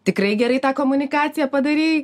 tikrai gerai tą komunikaciją padarei